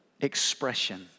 expression